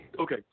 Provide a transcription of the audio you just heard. okay